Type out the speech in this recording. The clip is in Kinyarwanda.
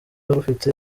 rufite